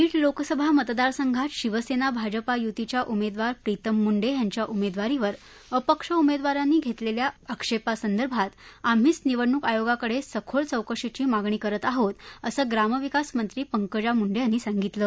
बीड लोकसभा मतदारसंघात शिवसेना भाजप युतीच्या उमेदवार प्रीतम मुंडे यांच्या उमेदवारीवर अपक्ष उमेदवारांनी घेतलेल्या आक्षेपासंदर्भात आम्हीच निवडणूक आयोगाकडे सखोल चौकशीची मागणी करत आहोत असं ग्रामविकास मंत्री पंकजा मुंडे यांनी सांगितलं